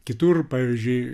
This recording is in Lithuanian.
kitur pavyzdžiui